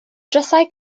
drysau